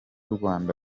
rwanda